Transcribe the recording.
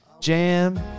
Jam